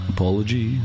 Apology